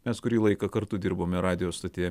mes kurį laiką kartu dirbome radijo stotyje